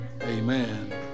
Amen